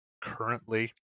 currently